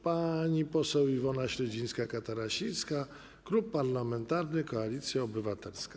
Pani poseł Iwona Śledzińska-Katarasińska, Klub Parlamentarny Koalicja Obywatelska.